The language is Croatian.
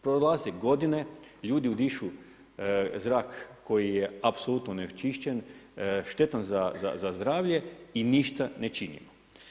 Prolaze godine, ljudi udišu zrak koji je apsolutno neočišćen, štetan za zdravlje i ništa ne činimo.